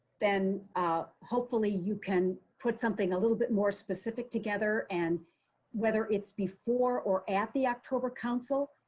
then hopefully you can put something a little bit more specific together and whether it's before or at the october council,